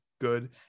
good